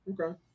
Okay